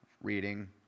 reading